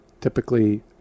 typically